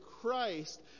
Christ